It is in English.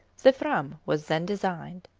the fram was then designed.